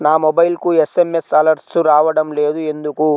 నా మొబైల్కు SMS alerts రావడం లేదు ఎందుకు?